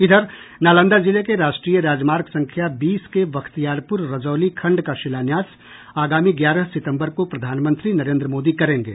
इधर नालंदा जिले के राष्ट्रीय राजमार्ग संख्या बीस के बख्तियारपुर रजौली खंड का शिलान्यास आगामी ग्यारह सितंबर को प्रधानमंत्री नरेंद्र मोदी करेंगे